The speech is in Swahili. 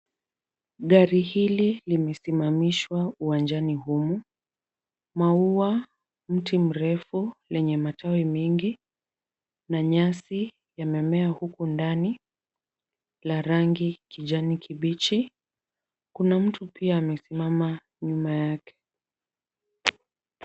Gari hili limesimamishwa uwanjani humu. Maua, mti mrefu lenye matawi mengi na nyasi yamemea huku ndani la rangi kijani kibichi. Kuna mtu pia amesimama nyuma yake.